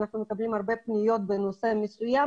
אנחנו מקבלים הרבה פניות בנושא מסוים,